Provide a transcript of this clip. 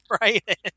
right